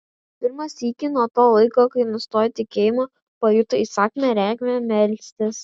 pirmą sykį nuo to laiko kai nustojo tikėjimo pajuto įsakmią reikmę melstis